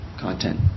content